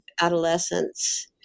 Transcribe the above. adolescence